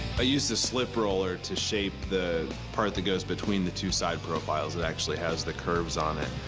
i used a slip roller to shape the part that goes between the two side profiles that actually has the curves on it.